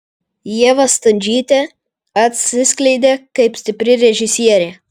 ieva stundžytė atsiskleidė kaip stipri režisierė